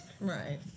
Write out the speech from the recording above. Right